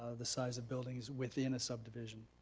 ah the size of buildings within a subdivision?